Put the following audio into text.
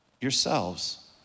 yourselves